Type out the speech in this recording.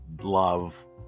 love